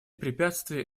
препятствия